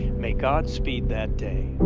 may god speed that day.